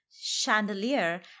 chandelier